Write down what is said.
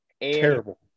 Terrible